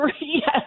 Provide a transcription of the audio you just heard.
Yes